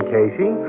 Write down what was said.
Casey